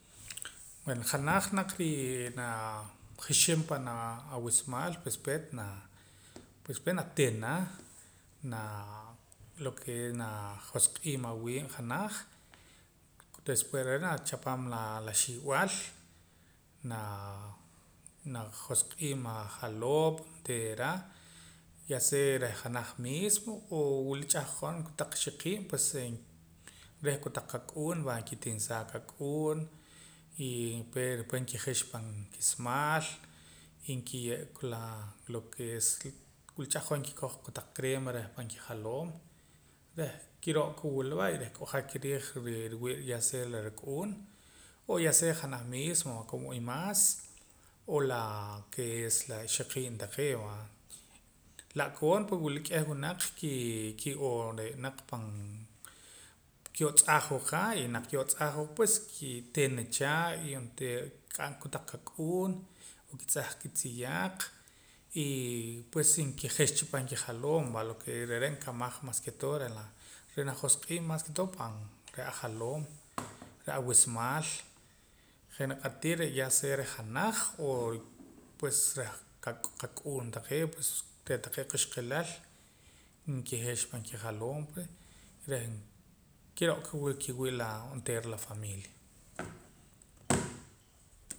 Bueno janaj naa rii naa jixim panaa awismaal pues peet naa pues peet natina naa lo ke es naa josq'iim awiib' janaj después reh re' nachapam la xi'b'al naa naajosq'iim ajaloom onteera ya sea reh janaj mismo o wila ch'ahqon kotaq ixoqiib' pues reh kotaq kak'uun va reh nkitinsaa kak'uun y después nkijix pan kismaal y nkiye'ka laa lo ke es la wila ch'ajqon nkikoj kotaq crema reh pan kijaloom reh kiro'ka wula va y reh k'ojak riij nriwii' ya sea la rak'uun o ya sea janaj mismo como imaas o laa ke es la ixoqiib' taqee' va la'koon pue wila k'eh winaq kii' ki'oo re' naq pan ki'oo tz'ajwa qa y naq ki'oo tz'ajwa qa pues ki'tina cha y onteera nkik'am ka kotaq kak'uun n'oo kitz'aj kitziyaaq y pues nkijix cha pan kijaloom va lo ke es re're nkamaj mas ke todo la reh najosq'iim mas ke todo pan reh ajaloom reh awismaal je' xniq'ar tii ya sea reh janaj o pues reh qaqak'uun taqee' pues re' taqee' quxqelal nkijix pan kijaloom reh kiro'ka wila kiwila reh onteera la familia